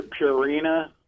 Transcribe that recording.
Purina